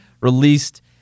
released